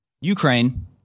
Ukraine